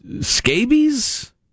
scabies